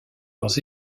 leurs